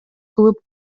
кылып